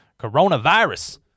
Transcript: coronavirus